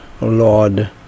Lord